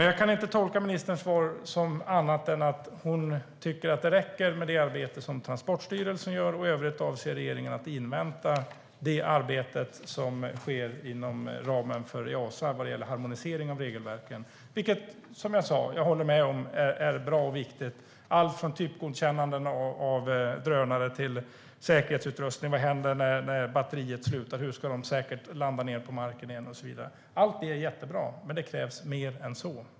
Jag kan inte tolka ministerns svar annorlunda än att hon tycker att det räcker med det arbete som Transportstyrelsen gör och att regeringen i övrigt avser att invänta det arbete som sker inom ramen för Easa vad gäller harmonisering av regelverken, som jag håller med om är bra och viktigt. Det kan gälla allt från typgodkännanden av drönare till säkerhetsutrustning. Vad händer när batteriet tar slut, hur ska drönarna landa säkert på marken och så vidare? Allt det är jättebra, men det krävs mer än så.